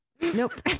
nope